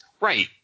Right